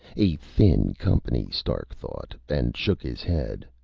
a thin company, stark thought, and shook his head.